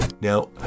Now